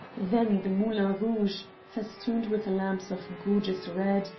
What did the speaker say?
then the moulin rouge, festooned with lamps of gorgeous red,